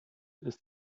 ist